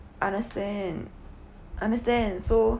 understand understand so